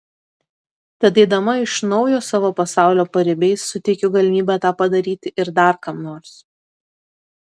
tad eidama iš naujo savo pasaulio paribiais suteikiu galimybę tą padaryti ir dar kam nors